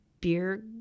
beer